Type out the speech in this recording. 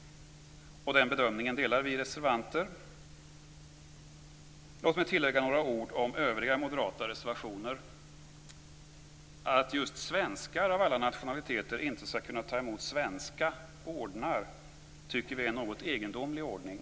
Den bedömningen delar vi reservanter. Låt mig tillägga några ord om övriga moderata reservationer. Att just svenskar av alla nationaliteter inte skall kunna ta emot svenska ordnar tycker vi är en något egendomlig ordning.